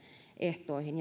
ehtoihin